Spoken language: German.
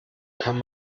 kann